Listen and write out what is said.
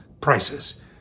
prices